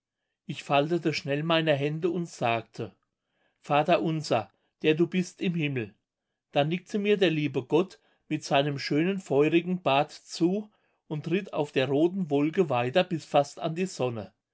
ich faltete schnell meine hände und sagte vater unser der du bist im himmel da nickte mir der liebe gott mit seinem schönen feurigen bart zu und ritt auf der roten wolke weiter bis fast an die sonne